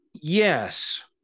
Yes